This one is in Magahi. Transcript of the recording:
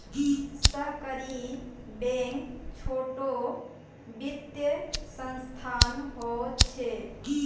सहकारी बैंक छोटो वित्तिय संसथान होछे